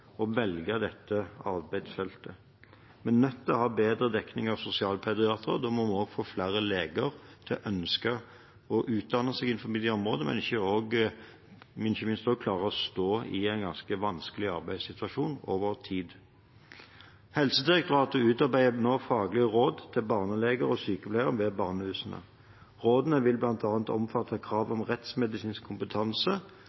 velge dette arbeidsfeltet. Vi er nødt til å ha bedre dekning av sosialpediatere, og da må vi få flere leger til å ønske å utdanne seg innen dette området, men ikke minst også klare å stå i en ganske vanskelig arbeidssituasjon over tid. Helsedirektoratet utarbeider nå faglige råd til barneleger og sykepleiere ved barnehusene. Rådene vil blant annet omfatte krav